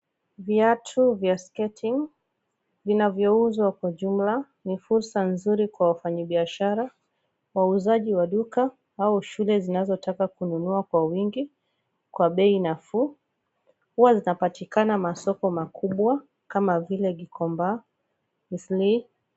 Viatu vya sketi vinavyouzwa kwa jumla ni fursa nzuri kwa wafana biashara, wauzaji wa duka au shule zinazotaka kuinunua kwa wingi kwa bei nafuu. Hua zinapatikana masoko makubwa kama ville Gikombaa, Eastleigh...